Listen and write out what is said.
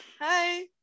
Hi